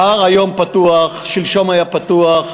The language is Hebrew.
ההר היום פתוח, שלשום היה פתוח.